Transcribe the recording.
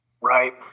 right